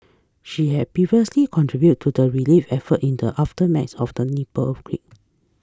she had previously contributed to the relief effort in the aftermath of the Nepal earthquake